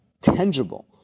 tangible